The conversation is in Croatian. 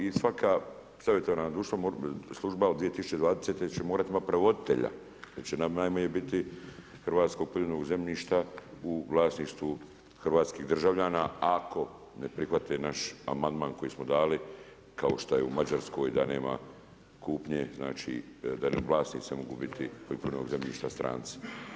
I svaka savjetodavna služba od 2020. će morati imati prevoditelja, jer će najmanje biti hrvatskog poljoprivrednog zemljišta u vlasništvu hrvatskih državljana, a ako ne prihvate naš amandman koji smo dali kao što je u Mađarskoj da nema kupnje, znači da vlasnici ne mogu biti poljoprivrednog zemljišta stranci.